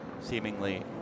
seemingly